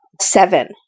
Seven